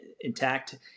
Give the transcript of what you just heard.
Intact